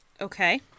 Okay